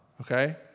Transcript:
okay